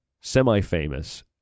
semi-famous